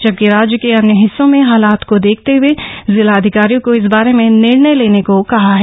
जबकि राज्य के अन्य हिस्सों में हालात को देखते हुए जिलाधिकारियों को इस बारे में निर्णय लेने को कहा है